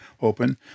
open